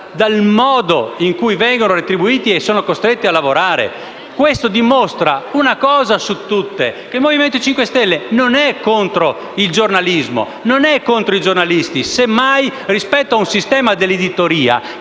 dal modo in cui vengono retribuiti e sono costretti a lavorare. Questo dimostra una cosa su tutte, ossia che il Movimento 5 Stelle non è contro il giornalismo o contro i giornalisti; semmai è contrario a un sistema dell'editoria